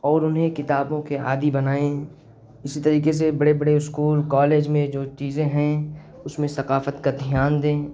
اور انہیں کتابوں کے عادی بنائیں اسی طریقے سے بڑے بڑے اسکول کالج میں جو چیزیں ہیں اس میں ثقافت کا دھیان دیں